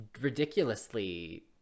ridiculously